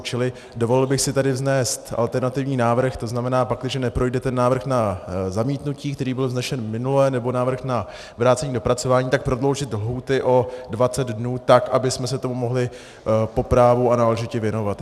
Čili dovolil bych si tady vznést alternativní návrh, to znamená, pakliže neprojde ten návrh na zamítnutí, který byl vznesen minule, nebo návrh na vrácení k dopracování, tak prodloužit lhůty o 20 dnů, tak abychom se tomu mohli po právu a náležitě věnovat.